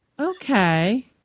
Okay